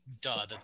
duh